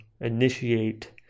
initiate